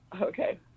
Okay